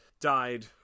died